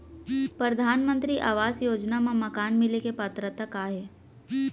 परधानमंतरी आवास योजना मा मकान मिले के पात्रता का हे?